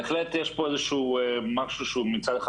בהחלט יש פה איזשהו משהו שהוא מצד אחד